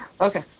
Okay